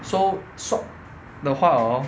so swap 的话 hor